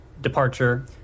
departure